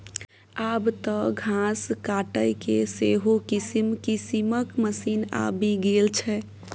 आब तँ घास काटयके सेहो किसिम किसिमक मशीन आबि गेल छै